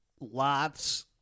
lots